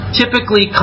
typically